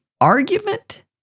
argument